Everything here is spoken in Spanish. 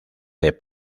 del